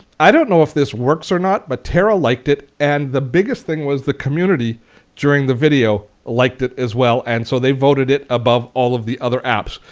i don't know if this works or not but tara liked it and the biggest thing was the community during the video liked it as well and so they voted it above all of the other apps.